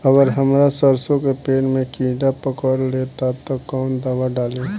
अगर हमार सरसो के पेड़ में किड़ा पकड़ ले ता तऽ कवन दावा डालि?